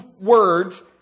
words